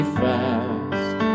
fast